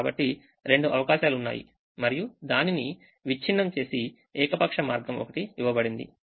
కాబట్టి రెండు అవకాశాలు ఉన్నాయి మరియు దానిని విచ్ఛిన్నం చేసి ఏకపక్ష మార్గం ఒకటి ఇవ్వబడింది